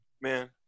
Man